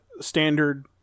standard